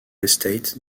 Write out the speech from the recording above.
estate